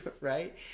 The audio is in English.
right